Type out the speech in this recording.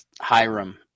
Hiram